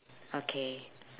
okay